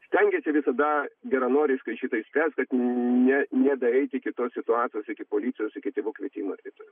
stengiasi visada geranoriškai šitą išspręst kad ne nedaeit iki tos situacijos iki policijos iki tėvų kvietimo ir taip toliau